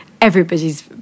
everybody's